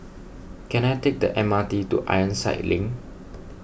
can I take the M R T to Ironside Link